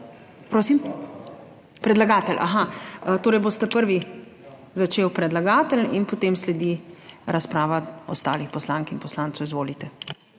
Prosim? Predlagatelj? Torej, boste prvi začel, predlagatelj, potem sledi razprava ostalih poslank in poslancev. Izvolite.